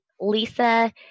Lisa